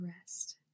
rest